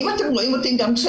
לדוגמה, ואני